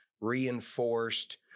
reinforced